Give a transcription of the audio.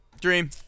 Dream